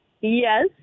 Yes